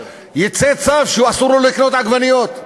יצא צו שאסור לו לקנות עגבניות.